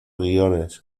guiones